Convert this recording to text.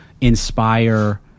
inspire